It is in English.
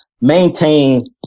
maintain